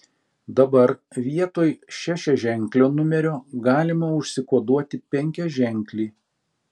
dabar vietoj šešiaženklio numerio galima užsikoduoti penkiaženklį